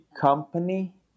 company